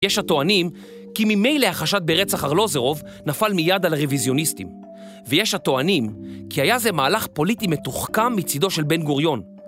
יש הטוענים, כי ממילא החשד ברצח ארלוזרוב, נפל מיד על הרוויזיוניסטים. ויש הטוענים, כי היה זה מהלך פוליטי מתוחכם מצידו של בן גוריון.